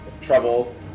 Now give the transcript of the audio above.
trouble